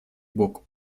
бок